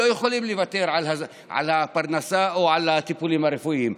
יכולים לוותר על הפרנסה או על הטיפוליים הרפואיים,